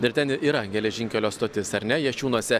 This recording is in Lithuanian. ir ten yra geležinkelio stotis ar ne jašiūnuose